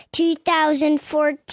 2014